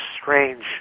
strange